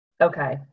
Okay